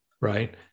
right